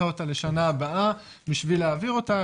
אותה לשנה הבאה בשביל להעביר אותה,